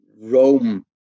Rome